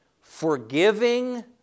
Forgiving